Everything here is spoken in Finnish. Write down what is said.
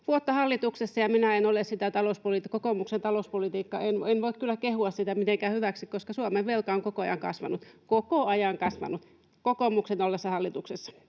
vuotta hallituksessa, ja kokoomuksen talouspolitiikkaa en voi kyllä kehua mitenkään hyväksi, koska Suomen velka on koko ajan kasvanut — koko ajan kasvanut kokoomuksen ollessa hallituksessa.